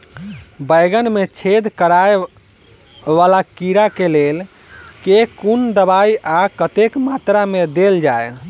बैंगन मे छेद कराए वला कीड़ा केँ लेल केँ कुन दवाई आ कतेक मात्रा मे देल जाए?